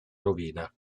rovina